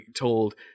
told